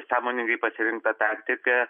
sąmoningai pasirinkta taktika